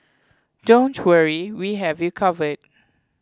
don't worry we have you covered